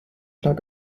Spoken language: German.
lag